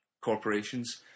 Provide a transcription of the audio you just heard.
corporations